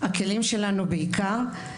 הכלים שלנו בעיקר,